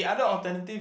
and